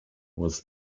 was